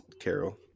Carol